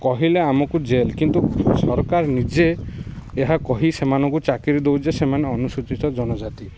କହିଲେ ଆମକୁ ଜେଲ୍ କିନ୍ତୁ ସରକାର ନିଜେ ଏହା କହି ସେମାନଙ୍କୁ ଚାକିରି ଦେଉଛି ସେମାନେ ଅନୁସୂଚିତ ଜନଜାତି